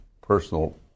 personal